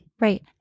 Right